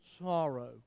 sorrow